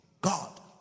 God